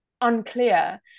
unclear